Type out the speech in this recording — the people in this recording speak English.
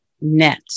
net